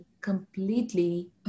completely